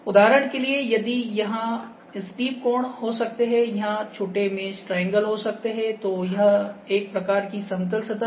उदाहरण के लिए यदि यहाँ स्टीप कोण हो सकते हैं यहाँ छोटे मेश ट्रायंगल हो सकते हैं तो यह एक प्रकार की समतल सतह है